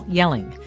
yelling